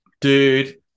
dude